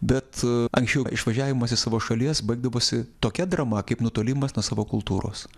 bet anksčiau išvažiavimas iš savo šalies baigdavosi tokia drama kaip nutolimas nuo savo kultūros